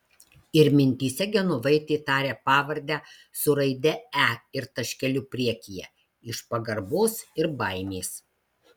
ir mintyse genovaitė taria pavardę su raide e ir taškeliu priekyje iš pagarbos ir baimės